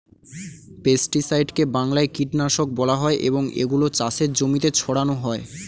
পেস্টিসাইডকে বাংলায় কীটনাশক বলা হয় এবং এগুলো চাষের জমিতে ছড়ানো হয়